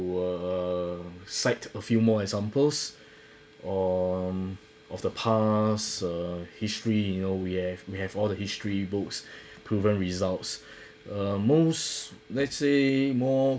err cite a few more examples on of the past uh history you know we have we have all the history books proven results uh most let's say more